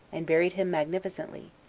and buried him magnificently,